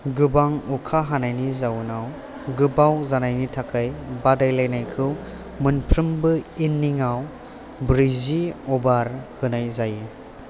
गोबां अखा हानायनि जाउनाव गोबाव जानायनि थाखाय बादायलायनायखौ मोनफ्रोमबो इननिङाव ब्रैजि अभार होनाय जायो